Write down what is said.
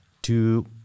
two